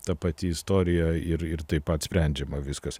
ta pati istorija ir ir taip pat sprendžiama viskas